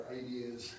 ideas